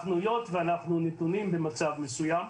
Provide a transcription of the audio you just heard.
אנחנו נתונים במצב מסוים,